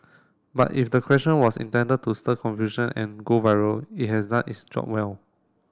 but if the question was intended to stir confusion and go viral it has done its job well